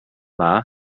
dda